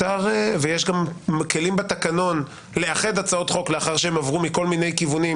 ויש גם כלים בתקנון לאחד הצעות חוק לאחר שהן עברו מכל מיני כיוונים,